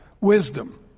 Wisdom